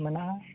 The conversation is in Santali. ᱢᱮᱱᱟᱜᱼᱟ